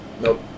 Nope